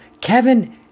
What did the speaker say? Kevin